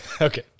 Okay